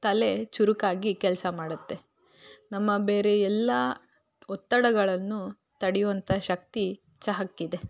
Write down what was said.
ತಲೆ ಚುರುಕಾಗಿ ಕೆಲಸ ಮಾಡತ್ತೆ ನಮ್ಮ ಬೇರೆ ಎಲ್ಲ ಒತ್ತಡಗಳನ್ನೂ ತಡೆಯುವಂಥ ಶಕ್ತಿ ಚಹಾಕ್ಕಿದೆ